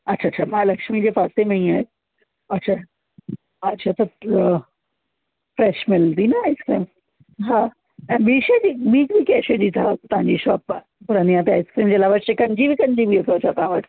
अच्छा अच्छा महालक्ष्मी जे पासे में ई आहे अच्छा अच्छा त फ़्रेश मिलंदी न आइसक्रीम हा ऐं ॿी शइ जी ॿी बि कंहिं शइ जी ता तव्हांजी शॉप आहे पुरनिया ते आइसक्रीम जे अलावा शिकंजी विकंजी बि अथव छा तव्हां वटि